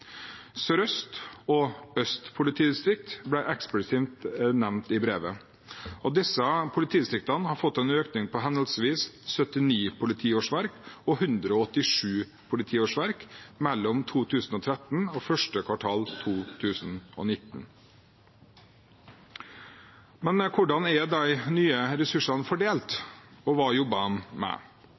og Øst politidistrikt ble eksplisitt nevnt i brevet, og disse politidistriktene har fått en økning på henholdsvis 79 og 187 politiårsverk mellom 2013 og første kvartal 2019. Men hvordan er de nye ressursene fordelt, og hva jobber de med?